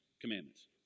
commandments